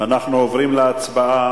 אנחנו עוברים להצבעה